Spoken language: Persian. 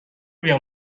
بیام